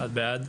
הצבעה בעד,